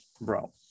bro